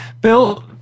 Bill